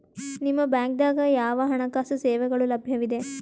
ನಿಮ ಬ್ಯಾಂಕ ದಾಗ ಯಾವ ಹಣಕಾಸು ಸೇವೆಗಳು ಲಭ್ಯವಿದೆ?